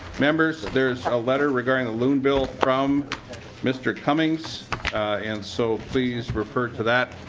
members there is a letter regarding the loon bill from mr. comings and so please refer to that.